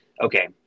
okay